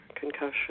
concussion